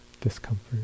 discomfort